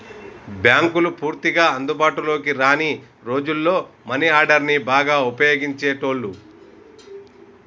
బ్యేంకులు పూర్తిగా అందుబాటులోకి రాని రోజుల్లో మనీ ఆర్డర్ని బాగా వుపయోగించేటోళ్ళు